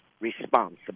responsibility